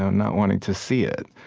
not wanting to see it.